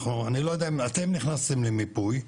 אני לא יודע אם אתם נכנסתם למיפוי,